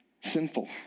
sinful